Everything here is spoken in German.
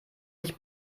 sich